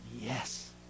Yes